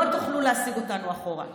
לא תוכלו להסיג אותנו אחורה,